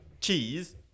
cheese